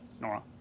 Nora